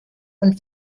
und